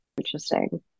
Interesting